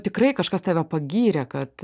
tikrai kažkas tave pagyrė kad